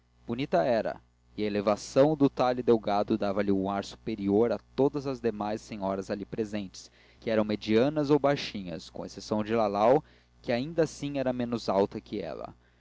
bonita era e a elevação do talhe delgado dava-lhe um ar superior a todas as demais senhoras ali presentes que eram medianas ou baixinhas com exceção de lalau que ainda assim era menos alta que ela